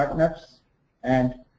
partners and